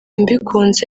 mbikunze